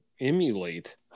emulate